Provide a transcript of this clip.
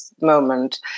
moment